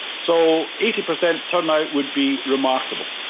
so eighty percent turnout would be remarkable.